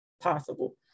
possible